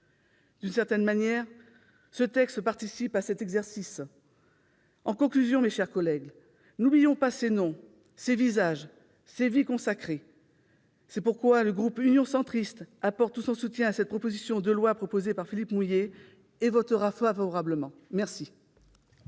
D'une certaine manière, ce texte participe à cet exercice. Mes chers collègues, n'oublions pas ces noms, ces visages, ces vies consacrées. C'est pourquoi le groupe Union Centriste apporte tout son soutien à cette proposition de loi déposée par Philippe Mouiller et la votera. La parole est à